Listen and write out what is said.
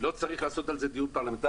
לא צריך לעשות על זה דיון פרלמנטרי,